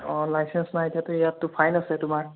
অঁ লাইচেন্স নাই এতিয়াতো ইয়াতটো ফাইন আছে তোমাৰ